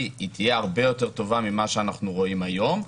תהיה הרבה יותר טובה ממה שאנחנו רואים היום.